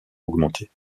augmenter